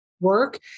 work